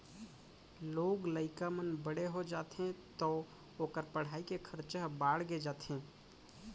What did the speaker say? लोग लइका मन बड़े हो जाथें तौ ओकर पढ़ाई के खरचा ह बाड़गे जाथे